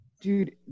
Dude